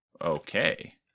Okay